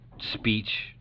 speech